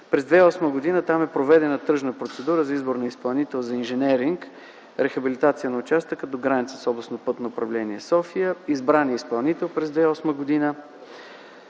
През 2008 г. там е проведена тръжна процедура за избор на изпълнител за инженеринг – „Рехабилитация на участъка до границата с Областно пътно управление – София”. Избран е изпълнител през 2008 г.